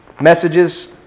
messages